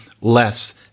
less